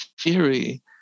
theory